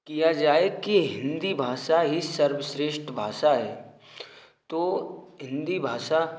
किया जाए कि हिन्दी भाषा ही सर्वश्रेष्ठ भाषा है तो हिन्दी भाषा